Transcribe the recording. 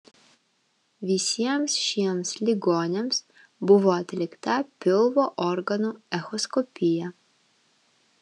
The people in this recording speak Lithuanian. visiems šiems ligoniams buvo atlikta pilvo organų echoskopija